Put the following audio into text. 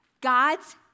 God's